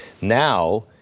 Now